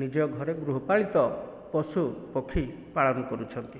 ନିଜଘରେ ଗୃହପାଳିତ ପଶୁ ପକ୍ଷୀ ପାଳନ କରୁଛନ୍ତି